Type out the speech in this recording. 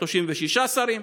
36 שרים.